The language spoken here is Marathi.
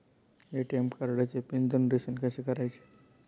ए.टी.एम कार्डचे पिन जनरेशन कसे करायचे?